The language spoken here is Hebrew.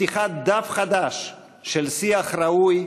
לפתיחת דף חדש של שיח ראוי,